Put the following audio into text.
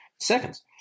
Seconds